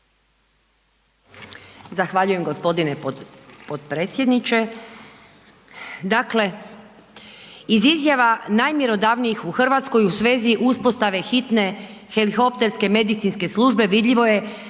Hvala gospodine potpredsjedniče